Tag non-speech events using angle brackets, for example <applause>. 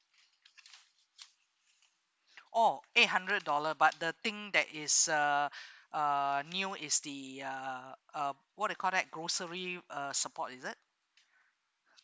oh eight hundred dollar but the thing that is uh <breath> uh knew is the uh uh what it called that grocery uh support is it